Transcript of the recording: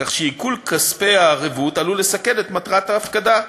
כך שעיקול כספי הערובה עלול לסכל את מטרת ההפקדה,